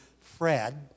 Fred